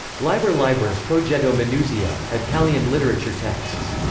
liber liber progetto manuzio italian literature texts.